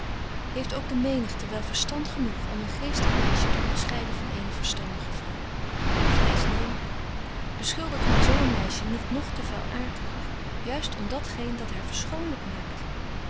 heeft ook de menigte wel verstand genoeg om een geestig meisje te onderscheiden van eene verstandige vrouw ik vrees neen beschuldigt men zo een meisje niet nog te vuilaartiger juist om dat geen dat haar verschoonlyk maakt